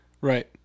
right